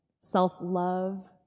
self-love